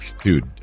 dude